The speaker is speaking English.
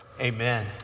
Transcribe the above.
Amen